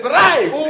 right